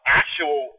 actual